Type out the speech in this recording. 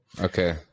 Okay